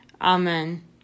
Amen